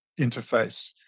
interface